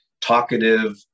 Talkative